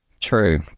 true